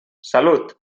salut